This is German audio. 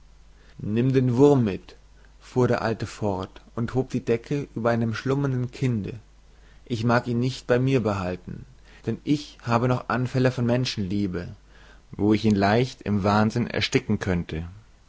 nimm den wurm mit fuhr der alte fort und hob die decke über einem schlummernden kinde ich mag ihn nicht bei mir behalten denn ich habe noch anfälle von menschenliebe wo ich ihn leicht im wahnsinn ersticken könnte